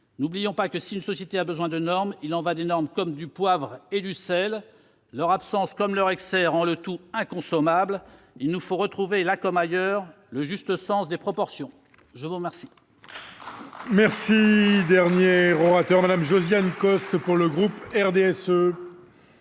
N'oublions que si une société a besoin de normes, il en va des normes comme du poivre et du sel : leur absence comme leur excès rend le tout inconsommable ! Il nous faut retrouver, là comme ailleurs, le juste sens des proportions ! La parole